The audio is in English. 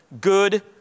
good